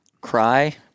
cry